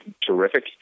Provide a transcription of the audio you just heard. terrific